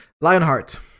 Lionheart